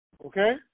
Okay